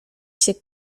się